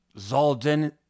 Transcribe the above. Zaldin